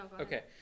Okay